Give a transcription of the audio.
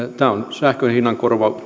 sähkön hinnan